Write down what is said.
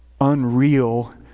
unreal